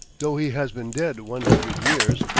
though he has been dead one hundred years,